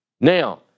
Now